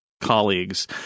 colleagues